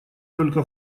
только